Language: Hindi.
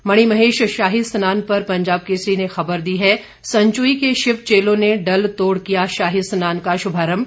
मणिमहेश शाही स्नान पर पंजाब केसरी ने खबर दी है सचुई के शिव चेलों ने डल तोड़ किया शाही स्नान का शुभारंभ